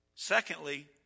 Secondly